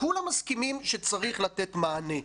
כולם מסכימים שצריך לתת מענה.